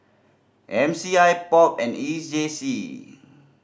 M C I POP and E J C